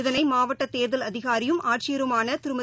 இதனைமாவட்டதேர்தல் அதினாியும் ஆட்சியருமானதிருமதி